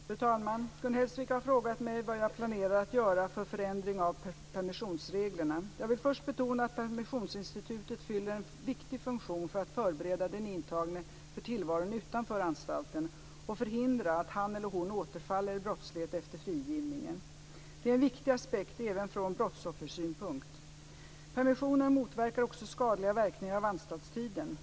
Fru talman! Gun Hellsvik har frågat mig vad jag planerar att göra för förändring av permissionsreglerna. Jag vill först betona att permissionsinstitutet fyller en viktig funktion för att förbereda den intagne för tillvaron utanför anstalten och förhindra att han eller hon återfaller i brottslighet efter frigivningen. Det är en viktig aspekt även från brottsoffersynpunkt. Permissioner motverkar också skadliga verkningar av anstaltstiden.